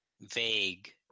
vague